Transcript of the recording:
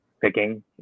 picking